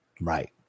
right